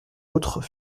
autres